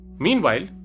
Meanwhile